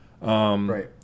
Right